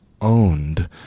owned